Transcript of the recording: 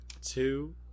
two